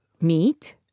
meat